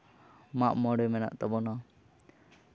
ᱢᱟᱜ ᱢᱚᱬᱮ ᱢᱮᱱᱟᱜ ᱛᱟᱵᱚᱱᱟ